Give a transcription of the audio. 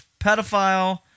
pedophile